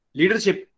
leadership